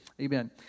Amen